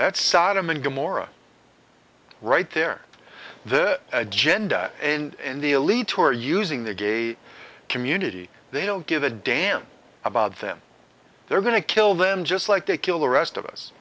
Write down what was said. that's sodom and gomorrah right there the agenda and the alito are using the gay community they don't give a damn about them they're going to kill them just like they kill the rest of us